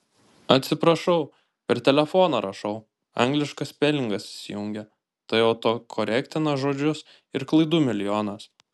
atsiprašau per telefoną rašau angliškas spelingas įsijungia tai autokorektina žodžius ir klaidų milijonas